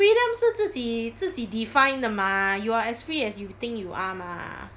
freedom 是自己自己 define 的 mah you are as free as you think you are mah